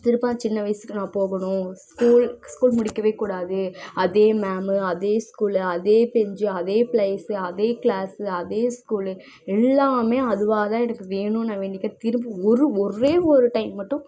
திருப்ப நான் சின்ன வயசுக்கு நான் போகணும் ஸ்கூல் ஸ்கூல் முடிக்கவே கூடாது அதே மேமு அதே ஸ்கூலு அதே பெஞ்சு அதே பிளேஸு அதே கிளாஸு அதே ஸ்கூலு எல்லாமே அதுவாக தான் எனக்கு வேணும்னு நான் வேண்டிப்பேன் திரும்ப ஒரு ஒரே ஒரு டைம் மட்டும்